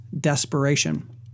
desperation